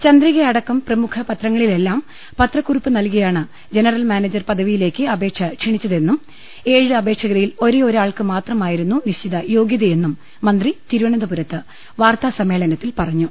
ചന്ദ്രികയടക്കം പ്രമുഖ പത്രങ്ങ ളിലെല്ലാം പത്രക്കുറിപ്പ് നൽകിയാണ് ജനറൽ മാനേജർ പദവിയിലേക്ക് അപേക്ഷ ക്ഷണിച്ചതെന്നും ഏഴ് അപേ ക്ഷകരിൽ ഒരേ ഒരാൾക്ക് മാത്രമായിരുന്നും നിശ്ചിത യോഗൃതയെന്നും മന്ത്രി തിരുവനന്തപുരത്ത് വാർത്താ സമ്മേളനത്തിൽ പറഞ്ഞു